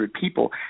people